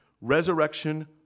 resurrection